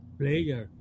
player